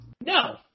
No